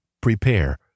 prepare